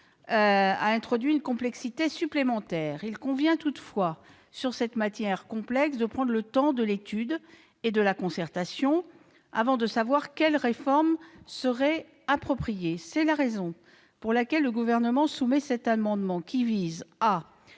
a introduit une complexité supplémentaire. Il convient toutefois, sur cette matière complexe, de prendre le temps de l'étude et de la concertation, avant de savoir quelle réforme serait appropriée. C'est la raison pour laquelle le Gouvernement a déposé cet amendement, qui vise à